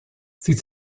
sie